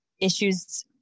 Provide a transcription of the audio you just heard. issues